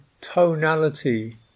tonality